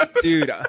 dude